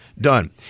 Done